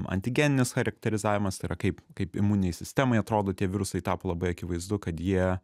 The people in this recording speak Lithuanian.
antigeninis charakterizavimas tai yra kaip kaip imuninei sistemai atrodo tie virusai tapo labai akivaizdu kad jie